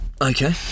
Okay